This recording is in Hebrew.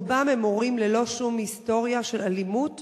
רובם הורים ללא שום היסטוריה של אלימות